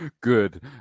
good